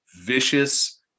vicious